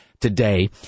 today